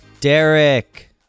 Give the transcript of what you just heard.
Derek